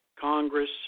Congress